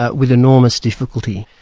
ah with enormous difficulty.